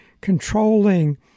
controlling